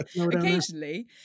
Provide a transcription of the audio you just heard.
occasionally